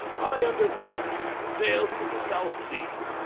i undertook it, and sailed for the south seas,